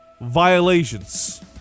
violations